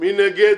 מי נגד?